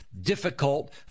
difficult